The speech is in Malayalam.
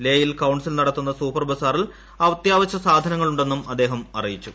ലേയിൽ കൌൺസിൽ നടത്തുന്ന സൂപ്പർ ബസാറിൽ അത്യാവശ്യ സാധനങ്ങൾ ഉണ്ടെന്നും അദ്ദേഹം അറിയിച്ചു